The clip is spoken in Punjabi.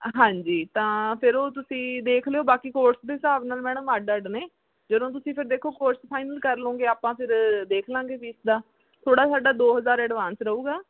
ਹਾਂਜੀ ਤਾਂ ਫਿਰ ਉਹ ਤੁਸੀਂ ਦੇਖ ਲਿਓ ਬਾਕੀ ਕੋਰਸ ਦੇ ਹਿਸਾਬ ਨਾਲ ਮੈਡਮ ਅੱਡ ਅੱਡ ਨੇ ਜਦੋਂ ਤੁਸੀਂ ਫਿਰ ਦੇਖੋ ਕੋਰਸ ਫਾਇਨਲ ਕਰ ਲਵੋਂਗੇ ਆਪਾਂ ਫਿਰ ਦੇਖ ਲਵਾਂਗੇ ਫੀਸ ਦਾ ਥੋੜ੍ਹਾ ਸਾਡਾ ਦੋ ਹਜ਼ਾਰ ਅਡਵਾਂਸ ਰਹੇਗਾ